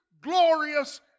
glorious